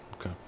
Okay